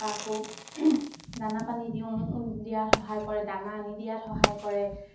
পা আকৌ দানা পানী দিওঁ দিয়াত সহায় কৰে দানা আনি দিয়াত সহায় কৰে